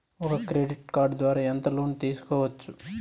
ఒక credit card ద్వారా ఎంత లోను తీసుకోవచ్చు?